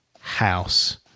house